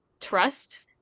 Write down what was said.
trust